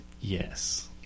yes